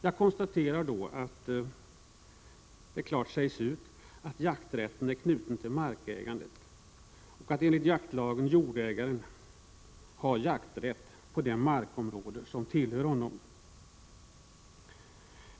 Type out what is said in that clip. Jag konstaterar att det klart sägs ut att jakträtten är knuten till markägandet. Enligt jaktlagen har jordägaren jakträtt på det markområde som tillhör honom.